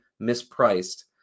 mispriced